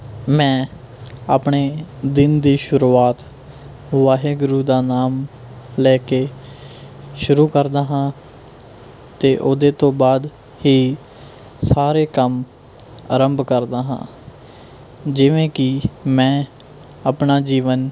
ਮੈਂ ਆਪਣੇ ਦਿਨ ਦੀ ਸ਼ੁਰੂਆਤ ਵਾਹਿਗੁਰੂ ਦਾ ਨਾਮ ਲੈ ਕੇ ਸ਼ੁਰੂ ਕਰਦਾ ਹਾਂ ਅਤੇ ਉਹਦੇ ਤੋਂ ਬਾਅਦ ਹੀ ਸਾਰੇ ਕੰਮ ਆਰੰਭ ਕਰਦਾ ਹਾਂ ਜਿਵੇਂ ਕਿ ਮੈਂ ਆਪਣਾ ਜੀਵਨ